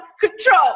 control